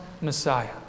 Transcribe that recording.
Messiah